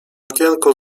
okienko